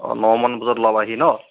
অঁ নমান বজাত ওলাবাহি ন